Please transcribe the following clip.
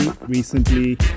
recently